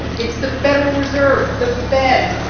it's the federal reserve, the fed.